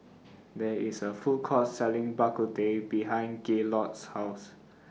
There IS A Food Court Selling Bak Kut Teh behind Gaylord's House